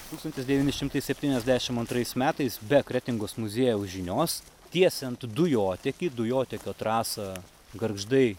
tūkstantis devyni šimtai septyniasdešim antrais metais be kretingos muziejaus žinios tiesiant dujotiekį dujotiekio trasą gargždai